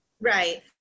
Right